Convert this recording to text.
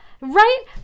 right